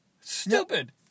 Stupid